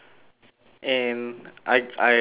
and I I